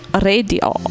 Radio